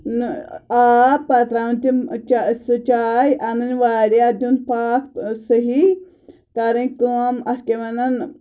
نہٕ آب پَتہٕ ترٛاوٕنۍ تِم چاے سُہ چاے اَنٕنۍ واریاہ دیُن پاکھ صحیح کَرٕنۍ کٲم اَتھ کیٛاہ وَنان